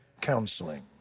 counseling